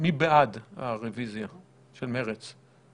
מי בעד הרביזיה של מרצ?